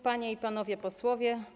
Panie i Panowie Posłowie!